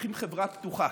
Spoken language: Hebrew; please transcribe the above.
צריכים חברה פתוחה.